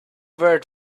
word